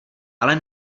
ale